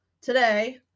today